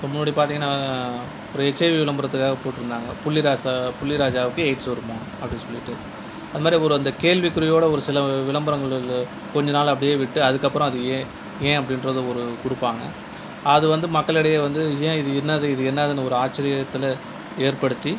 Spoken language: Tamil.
இப்போ முன்னாடி பார்த்தீங்கன்னா ஒரு இசை விளம்பரத்துக்காக போட்டிருந்தாங்க புள்ளி ராசா புள்ளி ராஜாவுக்கு எய்ட்ஸ் வருமா அப்படின்னு சொல்லிகிட்டு அது மாதிரி ஒரு இந்த கேள்விக்குறியோடு ஒரு சில விளம்பரங்களில் கொஞ்ச நாள் அப்படியே விட்டு அதுக்கப்புறம் அது ஏன் ஏன் அப்படின்றத ஒரு கொடுப்பாங்க அது வந்து மக்களிடையே வந்து ஏன் இது என்னது இது என்னது ஒரு ஆச்சரியத்தில் ஏற்படுத்தி